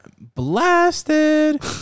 blasted